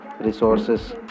resources